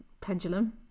Pendulum